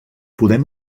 podem